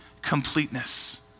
completeness